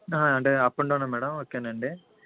అంటే up and డౌనా madam okay నండి